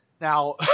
Now